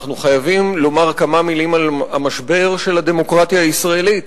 אנחנו חייבים לומר כמה מלים על המשבר של הדמוקרטיה הישראלית,